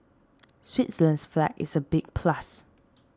Switzerland's flag is a big plus